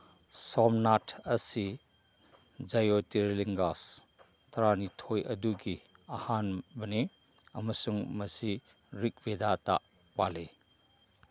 ꯁꯣꯝꯅꯥꯊ ꯑꯁꯤ ꯖꯌꯣꯇꯤꯔꯂꯤꯡꯒꯥꯁ ꯇꯔꯥꯅꯤꯊꯣꯏ ꯑꯗꯨꯒꯤ ꯑꯍꯥꯟꯕꯅꯤ ꯑꯃꯁꯨꯡ ꯃꯁꯤ ꯔꯤꯛꯚꯦꯗꯇ ꯄꯜꯂꯤ